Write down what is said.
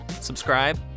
subscribe